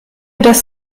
dass